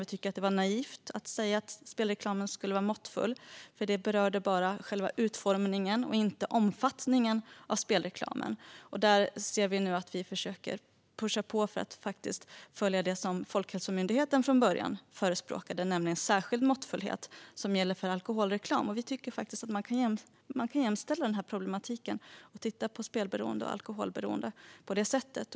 Vi tycker att det var naivt att säga att spelreklamen skulle vara måttfull, för det berörde bara själva utformningen och inte omfattningen av spelreklamen. Där försöker vi nu att trycka på för att följa det som Folkhälsomyndigheten från början förespråkade, nämligen särskild måttfullhet, vilket gäller för alkoholreklam. Vi tycker att man kan jämställa denna problematik och titta på spelberoende och alkoholberoende på det sättet.